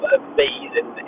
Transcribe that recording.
amazing